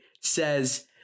says